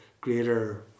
greater